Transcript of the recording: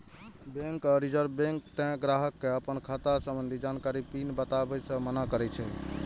bank आ reserve bank तें ग्राहक कें अपन खाता संबंधी जानकारी, पिन बताबै सं मना करै छै